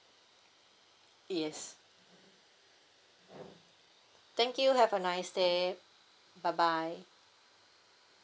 yes thank you have a nice day bye bye